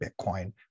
Bitcoin